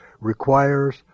requires